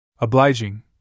Obliging